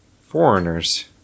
foreigners